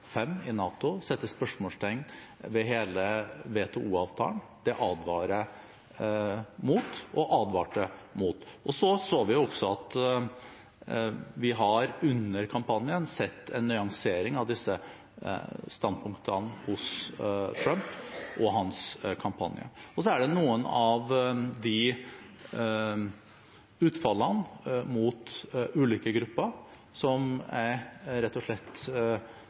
i NATO og ved hele WTO-avtalen. Det advarer jeg mot og advarte jeg mot. Så har vi under kampanjen sett en nyansering av disse standpunktene hos Trump og hans kampanje. Det er noen av utfallene mot ulike grupper som jeg rett og slett